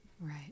Right